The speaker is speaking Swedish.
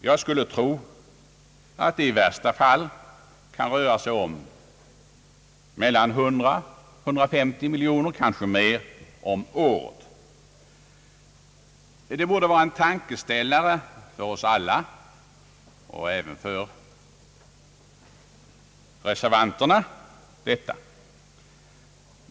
Jag skulle tro att det i värsta fall kan röra sig om mellan 100 och 150 miljoner, kanske mer, om året. Detta borde vara en tankeställare för oss alla, även för reservanterna.